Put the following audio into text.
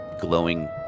glowing